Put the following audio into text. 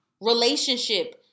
relationship